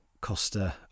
Costa